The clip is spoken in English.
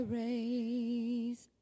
raise